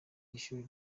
ishuri